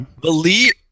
Believe